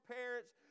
parents